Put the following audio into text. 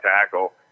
tackle